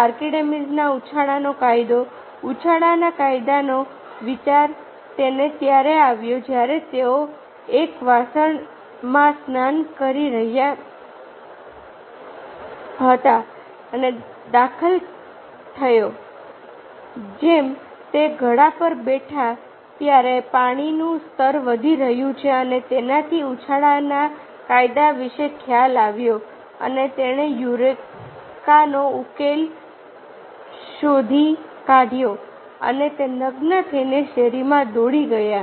આર્કિમિડીઝનો ઉછાળનો કાયદો ઉછાળના કાયદાનો વિચાર તેને ત્યારે આવ્યો જ્યારે તે એક વાસણમાં સ્નાન કરી રહ્યો હતો અને તે દાખલ થયો જેમ તે ઘડા પર બેઠો ત્યારે પાણીનું સ્તર વધી રહ્યું છે અને તેનાથી તેને ઉછાળના કાયદા વિશે ખ્યાલ આવ્યો અને તેણે યુરેકાનો ઉકેલ શોધી કાઢ્યો અને તે નગ્ન થઈને શેરીમાં દોડી ગયો